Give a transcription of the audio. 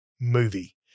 movie